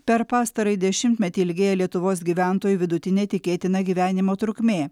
per pastarąjį dešimtmetį ilgėja lietuvos gyventojų vidutinė tikėtina gyvenimo trukmė